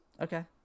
Okay